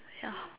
yeah